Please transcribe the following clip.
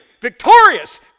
victorious